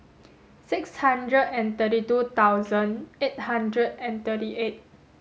six hundred and thirty two thousand eight hundred and thirty eight